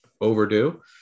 overdue